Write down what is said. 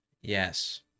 Yes